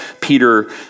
Peter